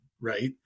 right